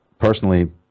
personally